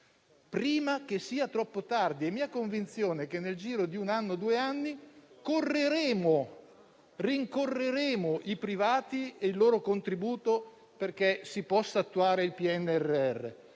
prima che sia troppo tardi. È mia convinzione che, nel giro di uno o due anni, rincorreremo i privati e il loro contributo perché si possa attuare il PNRR;